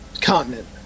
continent